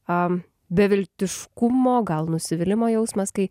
a beviltiškumo gal nusivylimo jausmas kai